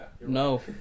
No